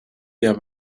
der